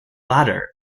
latter